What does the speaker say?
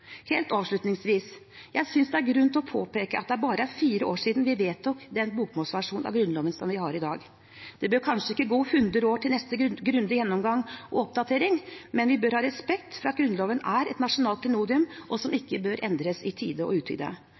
Helt avslutningsvis: Jeg synes det er grunn til å påpeke at det bare er fire år siden vi vedtok den bokmålsversjonen av Grunnloven som vi har i dag. Det bør kanskje ikke gå 100 år til neste grundige gjennomgang og oppdatering, men vi bør ha respekt for at Grunnloven er et nasjonalt klenodium som ikke bør endres i tide